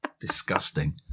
Disgusting